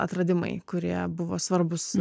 atradimai kurie buvo svarbūs